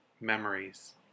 Memories